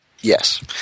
Yes